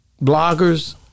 bloggers